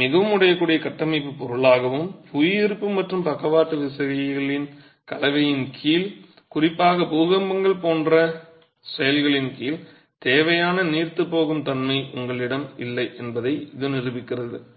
மிகவும் உடையக்கூடிய கட்டமைப்புப் பொருளாகவும் புவியீர்ப்பு மற்றும் பக்கவாட்டு விசைகளின் கலவையின் கீழ் குறிப்பாக பூகம்பங்கள் போன்ற செயல்களின் கீழ் தேவையான நீர்த்துப்போகும் தன்மை உங்களிடம் இல்லை என்பதை இது நிரூபிக்கிறது